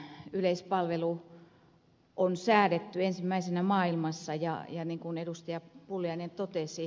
yleispalvelu on säädetty ensimmäisenä maailmassa ja niin kuin ed